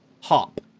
hop